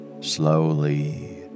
Slowly